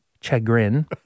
chagrin